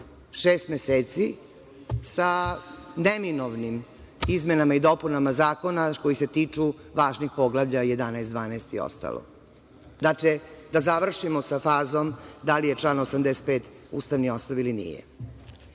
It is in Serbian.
meseci sa neminovnim izmenama i dopunama zakona koji se tiču važnih poglavlja 11, 12 i ostalo, da li će da završimo sa fazom da li je član 85. ustavni osnov ili nije. Šta